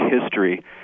history